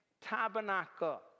tabernacle